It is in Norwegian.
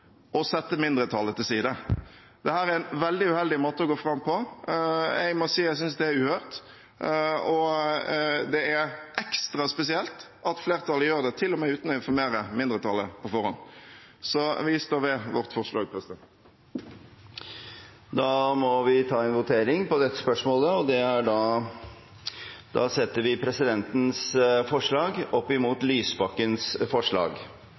sette mindretallet til side. Dette er en veldig uheldig måte å gå fram på. Jeg må si at jeg synes det er uhørt, og det er ekstra spesielt at flertallet til og med gjør det uten å informere mindretallet på forhånd. Så vi står ved vårt forslag. Flere har ikke bedt om ordet. Her foreligger det da to forslag. Det er